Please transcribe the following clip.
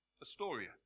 Astoria